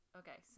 okay